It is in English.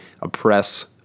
oppress